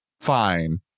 fine